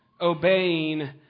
Obeying